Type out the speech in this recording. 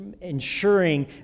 ensuring